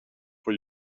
for